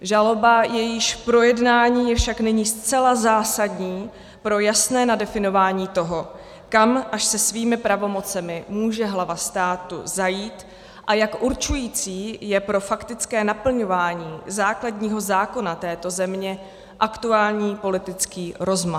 Žaloba, jejíž projednání je však nyní zcela zásadní pro jasné nadefinování toho, kam až se svými pravomocemi může hlava státu zajít a jak určující je pro faktické naplňování základního zákona této země aktuální politický rozmar.